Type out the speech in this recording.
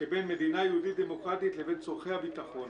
שבין מדינה יהודית דמוקרטית לבין צורכי הביטחון.